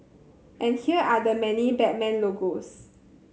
and here are the many Batman logos